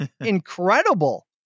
incredible